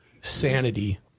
sanity